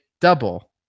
double